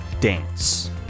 dance